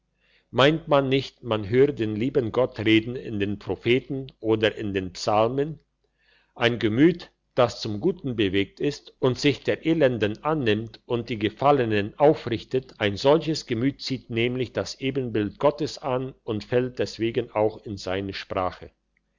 meint man nicht man höre den lieben herr gott reden in den propheten oder in den psalmen ein gemüt das zum guten bewegt ist und sich der elenden annimmt und die gefallenen aufrichtet ein solches gemüt zieht nämlich das ebenbild gottes an und fällt deswegen auch in seine sprache